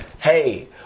Hey